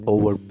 Over